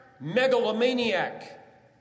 megalomaniac